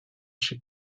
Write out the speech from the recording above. chez